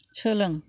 सोलों